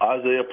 Isaiah